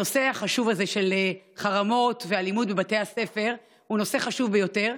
הנושא של חרמות ואלימות בבתי הספר הוא נושא חשוב ביותר.